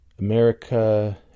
America